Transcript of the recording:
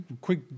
Quick